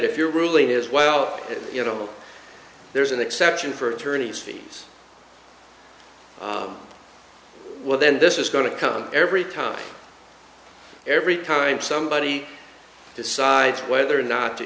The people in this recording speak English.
if your ruling is well you know there is an exception for attorney's fees well then this is going to come every time every time somebody decides whether or not to